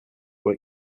were